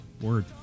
word